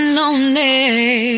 lonely